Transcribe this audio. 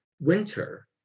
winter